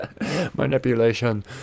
manipulation